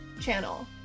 channel